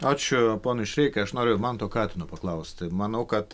ačiū ponui šireikai aš noriu ir manto katino paklausti manau kad